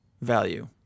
value